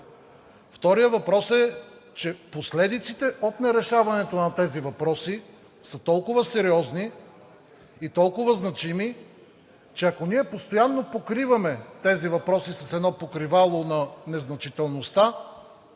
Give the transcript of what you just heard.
Вторият въпрос е, че последиците от нерешаването на тези въпроси са толкова сериозни и толкова значими, че ако постоянно покриваме тези въпроси с едно покривало на незначителността,